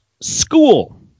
school